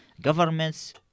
governments